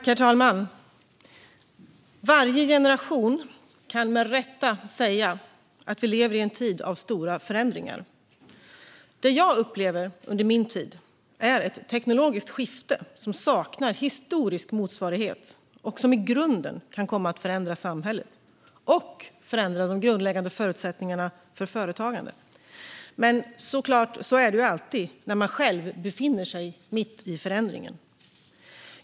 Herr talman! Varje generation kan med rätta säga att vi lever i en tid av stora förändringar. Det jag upplever under min tid är ett teknologiskt skifte som saknar historisk motsvarighet och som i grunden kan komma att förändra samhället och förändra de grundläggande förutsättningarna för företagande. Men så är det såklart alltid när man själv befinner sig mitt i förändringen.